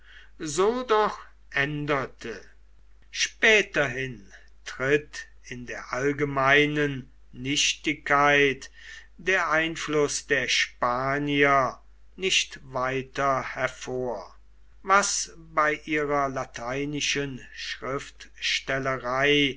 so doch änderte späterhin tritt in der allgemeinen nichtigkeit der einfluß der spanier nicht weiter hervor was bei ihrer lateinischen